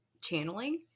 channeling